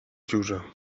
dziurze